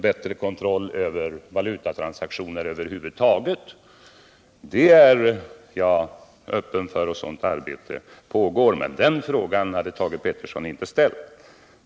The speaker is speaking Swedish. Bättre kontroll över valutatransaktioner över huvud taget är jag öppen för, och ett arbete härmed pågår. Men den frågan hade Thage Peterson inte ställt.